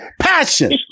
passion